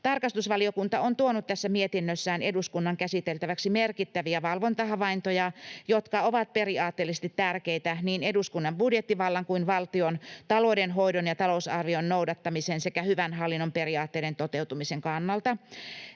Tarkastusvaliokunta on tuonut mietinnössään eduskunnan käsiteltäväksi merkittäviä valvontahavaintoja, jotka ovat periaatteellisesti tärkeitä niin eduskunnan budjettivallan kuin valtion taloudenhoidon ja talousarvion noudattamisen sekä hyvän hallinnon periaatteiden toteutumisen kannalta.